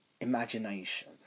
imagination